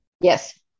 yes